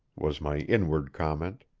was my inward comment.